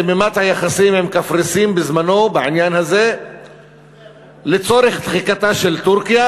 חיממה את היחסים עם קפריסין בזמנה בעניין הזה לצורך דחיקתה של טורקיה.